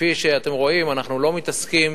כפי שאתם רואים, אנחנו לא מתעסקים,